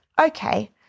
Okay